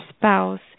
spouse